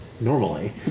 normally